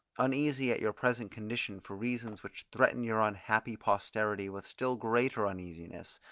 uneasy at your present condition for reasons which threaten your unhappy posterity with still greater uneasiness,